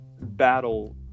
battle